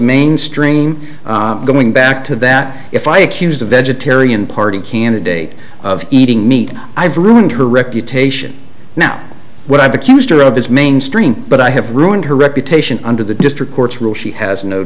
mainstream going back to that if i accuse the vegetarian party candidate of eating meat i've ruined her reputation now what i've accused her of is mainstream but i have ruined her reputation under the district courts rule she has no